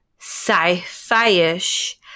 sci-fi-ish